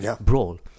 brawl